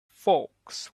folks